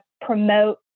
promote